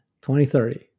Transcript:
2030